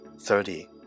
Thirty